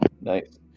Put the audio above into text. Nice